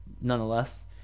nonetheless